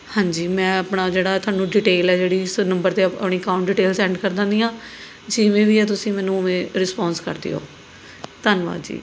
ਹਾਂਜੀ ਮੈਂ ਆਪਣਾ ਜਿਹੜਾ ਤੁਹਾਨੂੰ ਡਿਟੇਲ ਹੈ ਜਿਹੜੀ ਇਸ ਨੰਬਰ 'ਤੇ ਆਪਣੀ ਅਕਾਊਂਟ ਡਿਟੇਲ ਸੈਂਡ ਕਰ ਦਿੰਦੀ ਹਾਂ ਜਿਵੇਂ ਵੀ ਹੈ ਤੁਸੀਂ ਮੈਨੂੰ ਉਵੇਂ ਰਿਸਪੋਸ ਕਰ ਦਿਓ ਧੰਨਵਾਦ ਜੀ